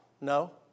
No